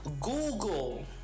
Google